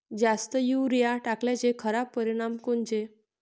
जास्त युरीया टाकल्याचे खराब परिनाम कोनचे?